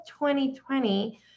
2020